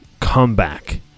comeback